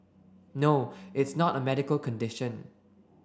no it's not a medical condition